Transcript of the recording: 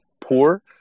poor